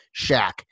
Shaq